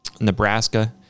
Nebraska